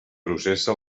processa